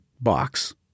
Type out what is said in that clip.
box